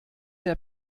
der